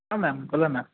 हां मॅम बोला ना